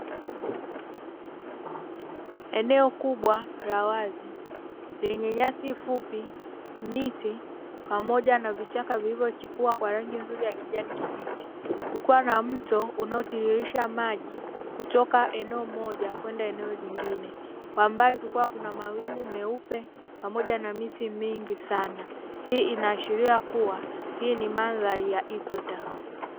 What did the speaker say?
Eneo kubwa la wazi lenye nyasi fupi, miti pamoja na vichaka vilivyo chipua kwa rangi nzuri ya kijani kibichi, kukiwa na mto unaona tiririsha maji kutoka eneo moja kwenda eneo jingine. Kwa mbali kukiwa na mawingu meupe pamoja na miti mingi sana, hii ina ashiria kuwa hii ni mandhari ya ikweta.